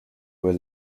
were